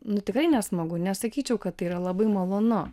nu tikrai nesmagu nesakyčiau kad tai yra labai malonu